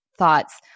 thoughts